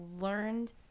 learned